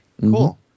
Cool